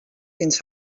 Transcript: fins